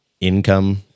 income